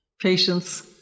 Patience